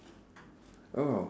oh